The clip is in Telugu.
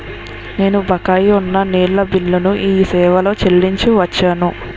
నేను బకాయి ఉన్న నీళ్ళ బిల్లును ఈ సేవాలో చెల్లించి వచ్చాను